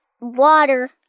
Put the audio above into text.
water